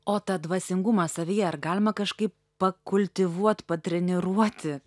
o tą dvasingumą savyje ar galima kažkaip pakultivuot patreniruoti